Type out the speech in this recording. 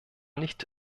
nicht